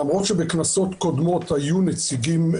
בכנסות קודמות היו נציגים.